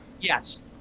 Yes